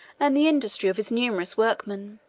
and the industry of his numerous workmen.